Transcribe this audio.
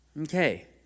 Okay